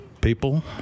people